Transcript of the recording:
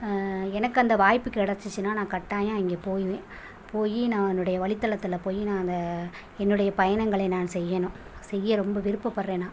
எனக்கு அந்த வாய்ப்பு கிடச்சிச்சின்னா நான் கட்டாயம் அங்கே போயிவேன் போய் நான் என்னுடைய வழித்தளத்தில் போய் நான் அதை என்னுடைய பயணங்களை நான் செய்யணும் செய்ய ரொம்ப விருப்பப்படுகிறன் நான்